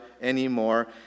anymore